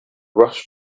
rush